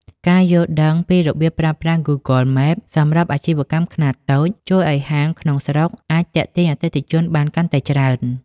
ការយល់ដឹងពីរបៀបប្រើប្រាស់ Google Maps សម្រាប់អាជីវកម្មខ្នាតតូច ជួយឱ្យហាងក្នុងស្រុកអាចទាក់ទាញអតិថិជនបានកាន់តែច្រើន។